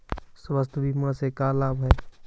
स्वास्थ्य बीमा से का लाभ है?